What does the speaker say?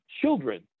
children